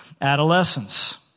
adolescence